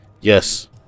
Yes